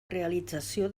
realització